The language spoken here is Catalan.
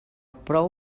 prou